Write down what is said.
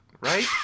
right